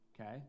okay